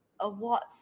awards